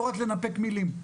לא רק לנפק מלים.